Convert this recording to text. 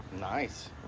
Nice